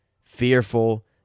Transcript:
fearful